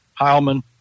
Heilman